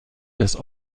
des